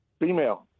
Female